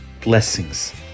Blessings